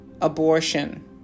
abortion